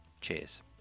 cheers